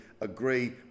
agree